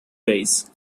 rays